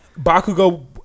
bakugo